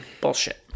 bullshit